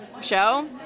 show